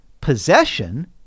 possession